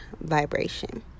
vibration